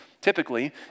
typically